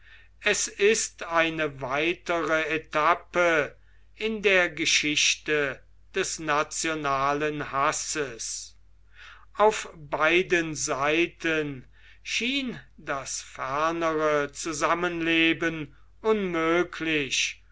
es ist eine weitere etappe in der geschichte des nationalen hasses auf beiden seiten schien das fernere zusammenleben unmöglich